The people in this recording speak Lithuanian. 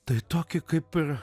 tai tokį kaip ir